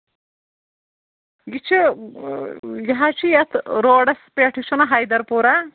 یہِ چھِ یہِ حظ چھُ یَتھ روڈَس پٮ۪ٹھ یہِ چھُنا حیدر پورہ